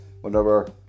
whenever